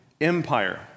empire